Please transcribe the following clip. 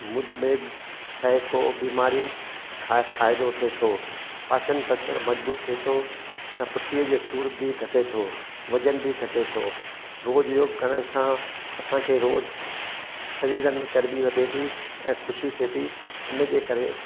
मुधमेह सहिको बीमारियूं खां फ़ाइदो थिए थो पाचन तंत्र मज़बूत थिए थो न ऐं पुठीअ जो सूरु बि घटे थो वजनु बि घटे थो रोज़ु योगु करण सां असांखे रोज़ु शरीर में चर्ॿी वधे थी ऐं ख़ुशी थिए थी इन जे करे